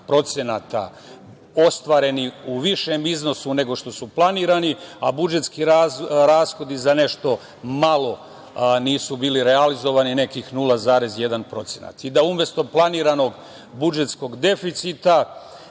za 2,8% ostvareni u višem iznosu nego što su planirani, a budžetski rashodi za nešto malo nisu bili realizovani, nekih 0,1% i da umesto planiranog budžetskog deficita